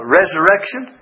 resurrection